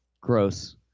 Gross